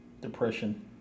Depression